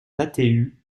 atu